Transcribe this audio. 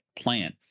plan